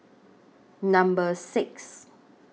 Number six